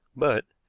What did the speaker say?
but,